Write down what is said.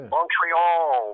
Montreal